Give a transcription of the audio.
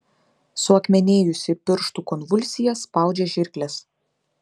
suakmenėjusi pirštų konvulsija spaudžia žirkles